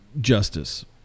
justice